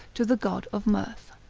to the god of mirth.